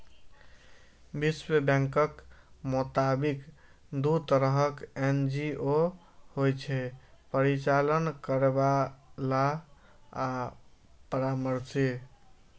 विश्व बैंकक मोताबिक, दू तरहक एन.जी.ओ होइ छै, परिचालन करैबला आ परामर्शी